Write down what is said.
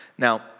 Now